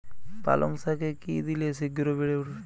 পালং শাকে কি দিলে শিঘ্র বেড়ে উঠবে?